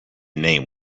name